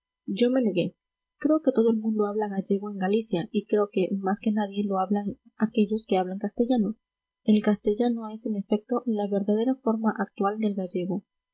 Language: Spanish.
yo me negué creo que todo el mundo habla gallego en galicia y creo que más que nadie lo hablan aquellos que hablan castellano el castellano es en efecto la verdadera forma actual del gallego